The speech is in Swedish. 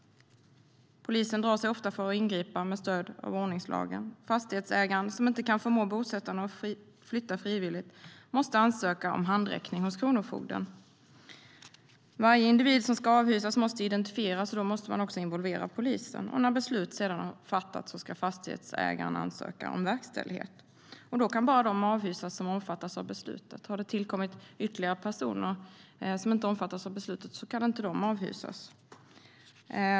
Polisen drar sig ofta för att ingripa med stöd av ordningslagen. Den fastighetsägare som inte kan förmå bosättarna att flytta frivilligt måste ansöka om handräckning hos kronofogden. Varje individ som ska avhysas måste identifieras, och då måste man också involvera polisen. När beslut sedan fattats ska fastighetsägaren ansöka om verkställighet. Då kan bara de avhysas som omfattas av beslutet. Har det tillkommit ytterligare personer som inte omfattas av beslutet kan de inte avhysas.